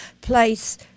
place